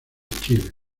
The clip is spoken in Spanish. chile